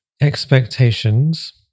expectations